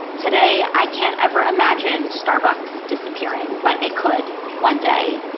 today, i can't ever imagine starbucks disappearing, but it could one day,